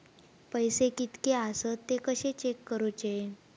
पैसे कीतके आसत ते कशे चेक करूचे?